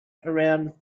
around